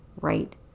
right